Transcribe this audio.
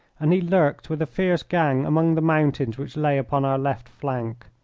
and he lurked with a fierce gang among the mountains which lay upon our left flank.